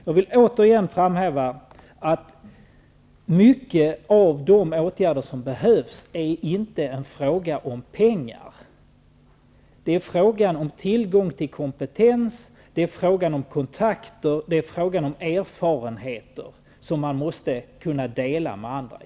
Jag vill återigen framhålla att många av de åtgärder som behövs inte är en fråga om pengar -- det är fråga om tillgång till kompetens, det är fråga om kontakter, det är fråga om erfarenheter som man måste kunna dela med andra.